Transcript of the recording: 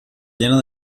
llena